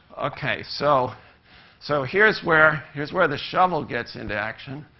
okay. so so here's where here's where the shovel gets into action.